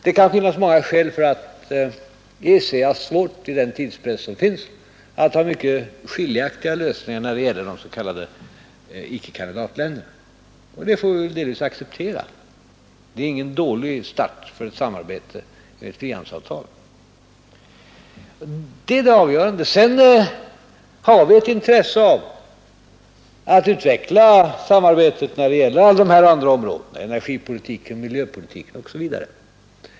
Det kan finnas många skäl för att EEC haft svårt under den tidspress som råder att ha mycket skiljaktiga lösningar när det gäller de s.k. icke-kandidatländerna. Det får vi väl delvis acceptera. Det är ingen dålig start för ett samarbete med ett frihandelsavtal. Detta är det avgörande. Sedan har vi ett intresse av att utveckla samarbetet när det gäller alla de andra områdena: energipolitiken, miljöpolitiken osv.